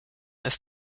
ist